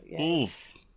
Oof